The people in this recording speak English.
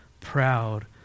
proud